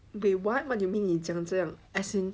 wait what what do you mean 你长这样 as in